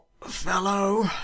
fellow